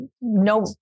no